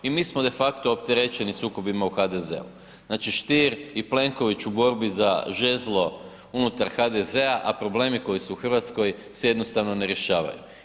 I mi smo de facto opterećeni sukobima u HDZ-u. znači Stier i Plenković u borbi za žezlo unutar HDZ-a, a problemi koji su u Hrvatskoj se jednostavno ne rješavaju.